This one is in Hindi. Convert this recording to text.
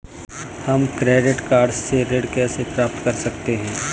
हम क्रेडिट कार्ड से ऋण कैसे प्राप्त कर सकते हैं?